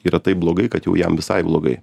yra taip blogai kad jau jam visai blogai